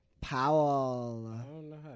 Powell